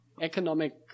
economic